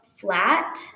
flat